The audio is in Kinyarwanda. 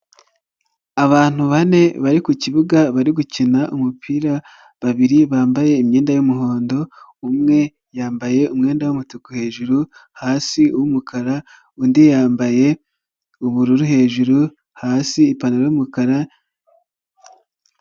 Abantu bane bari ku kibuga bari gukina umupira. Babiri bambaye imyenda y'umuhondo, umwe yambaye umwenda w'umutuku hejuru. Hasi w'umukara undi yambaye ubururu hejuru hasi ipantaro y'umukara.